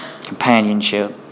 Companionship